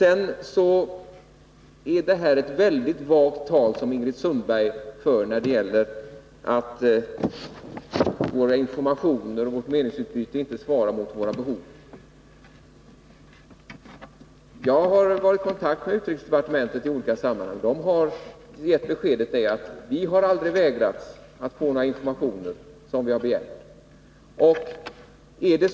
Ingrid Sundberg för ett väldigt vagt tal när hon säger att våra informationer och vårt meningsutbyte inte svarar mot våra behov. Jag har varit i kontakt med utrikesdepartementet i olika sammanhang. Jag har fått beskedet att man aldrig har vägrats information som man har begärt.